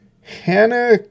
Hannah